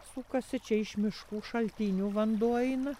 sukasi čia iš miškų šaltinių vanduo eina